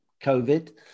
COVID